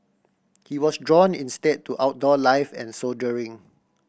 he was drawn instead to outdoor life and soldiering